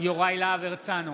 יוראי להב הרצנו,